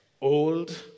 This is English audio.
old